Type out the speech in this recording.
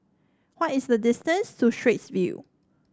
what is the distance to Straits View